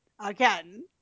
again